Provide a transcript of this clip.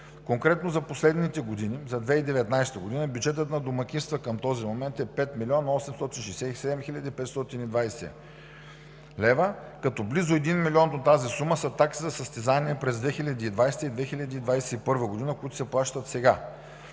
Конкретно за последните години: за 2019 г. бюджетът на домакинствата към този момент е 5 млн. 867 хил. 520 лв., като близо един милион от тази сума са такси за състезания през 2020 г. и 2021 г., които се плащат сега.